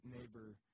neighbor